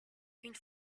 une